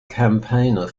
campaigner